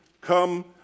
come